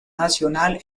nacional